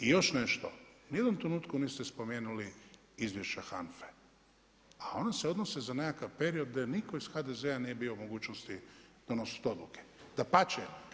I još nešto, ni u jednom trenutku niste spomenuli izvješća HANFA-e, a ona se odnose za nekakav period da niko iz HDZ-a nije bio u mogućnosti donositi odluke, dapače.